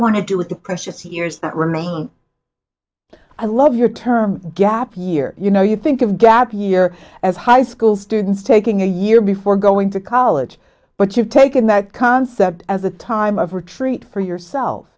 want to do with the precious years that remain i love your term gap year you know you think of gap year of high school students taking a year before going to college but you've taken that concept of a time of retreat for yourself